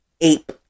ape